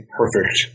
perfect